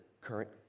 current